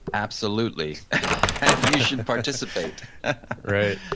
absolutely. and you should participate right.